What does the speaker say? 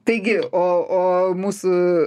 taigi o o mūsų